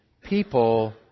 people